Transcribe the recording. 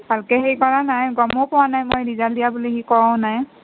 ভালকৈ সেই কৰা নাই গমো পোৱা নাই মই ৰিজাল্ট দিয়া বুলি সি কোৱাও নাই